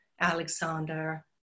alexander